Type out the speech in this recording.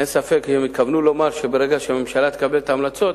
אין ספק שהם התכוונו לומר שברגע שהממשלה תקבל את ההמלצות,